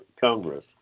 Congress